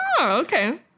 Okay